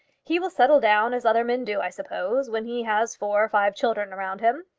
he will settle down as other men do, i suppose, when he has four or five children around him.